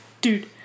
dude